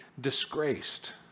disgraced